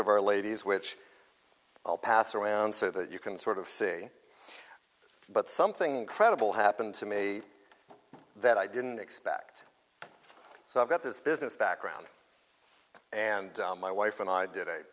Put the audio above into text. of our ladies which i'll pass around so that you can sort of see but something incredible happened to me that i didn't expect so i've got this business background and my wife and i did